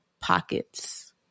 pockets